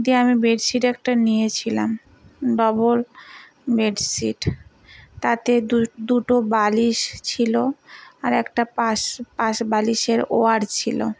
দিয়ে আমি বেডশিট একটা নিয়েছিলাম ডবল বেডশিট তাতে দু দুটো বালিশ ছিল আর একটা পাশ পাশবালিশের ওয়াড় ছিল